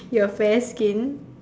your fair skin